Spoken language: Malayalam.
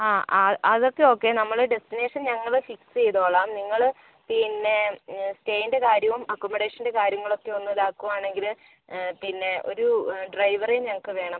ആ അതൊക്കെ ഓക്കെ നമ്മൾ ഡെസ്റ്റിനേഷൻ ഞങ്ങൾ ഫിക്സ് ചെയ്തുകൊള്ളാം നിങ്ങൾ പിന്നെ സ്റ്റേയിൻ്റെ കാര്യവും അക്കൊമഡേഷൻ്റെ കാര്യങ്ങളൊക്കെ ഒന്ന് ഇതാക്കുകയാണെങ്കിൽ പിന്നെ ഒരു ഡ്രൈവറെയും ഞങ്ങൾക്ക് വേണം